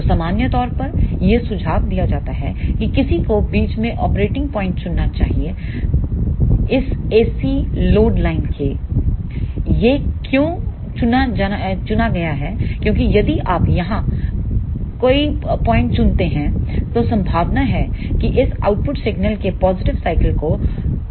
तो सामान्य तौर पर यह सुझाव दिया जाता है कि किसी को बीच में ऑपरेटिंग पॉइंट चुनना चाहिए इस एसी लोड लाइन के यह क्यों चुना गया है क्योंकि यदि आप यहाँ कहीं पॉइंट चुनते हैंतो संभावना है कि इस आउटपुट सिग्नल के पॉजिटिव साइकल को क्लिप किया जा सकता है